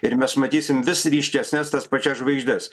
ir mes matysim vis ryškesnes tas pačias žvaigždes